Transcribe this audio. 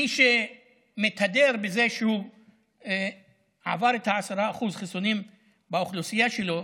מי שמתהדר בזה שהוא עבר את ה-10% מחוסנים באוכלוסייה שלו,